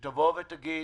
שתגיד